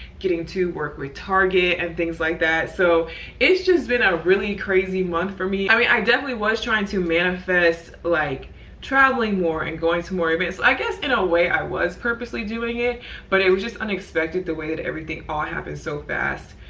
getting to work with target and things like that. so it's just been a really crazy month for me. i mean, i definitely was trying to manifest like traveling more and going to more events, i guess, in a way i was purposely doing it but it was just unexpected the way that everything all happened so fast.